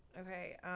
Okay